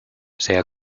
sea